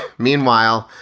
meanwhile,